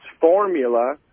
formula